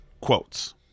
quotes